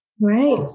Right